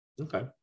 Okay